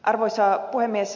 arvoisa puhemies